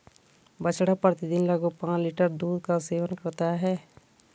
बछड़ा प्रतिदिन लगभग पांच लीटर दूध का सेवन करता है